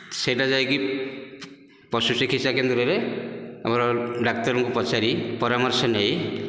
ସେହିଟା ଯାଇକି ପଶୁ ଚିକିତ୍ସା କେନ୍ଦ୍ରରେ ଆମର ଡାକ୍ତରଙ୍କୁ ପଚାରି ପରାମର୍ଶ ନେଇ